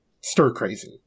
stir-crazy